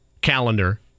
calendar